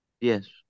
Yes